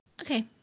Okay